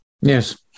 Yes